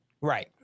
Right